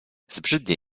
zbrzydnie